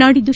ನಾಡಿದ್ದು